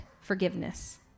forgiveness